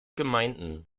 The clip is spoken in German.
gemeinden